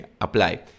apply